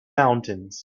mountains